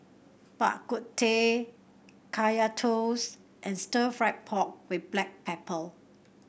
Bak Kut Teh Kaya Toast and Stir Fried Pork with Black Pepper